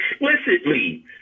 explicitly